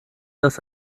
das